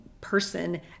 person